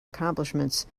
accomplishments